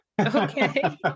Okay